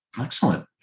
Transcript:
Excellent